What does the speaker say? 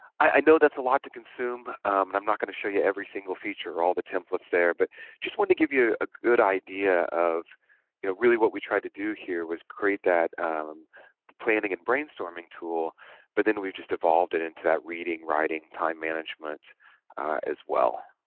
i know that's a lot to consume and i'm not going to show you every single feature all the templates there but just want to give you a good idea of you know really what we tried to do here was great that planning and brainstorming tool but then we've just evolved it into that reading writing time management as well